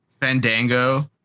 Fandango